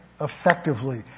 effectively